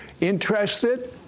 Interested